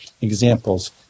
examples